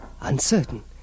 uncertain